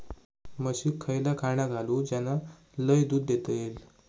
म्हशीक खयला खाणा घालू ज्याना लय दूध देतीत?